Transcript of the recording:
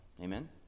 Amen